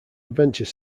adventure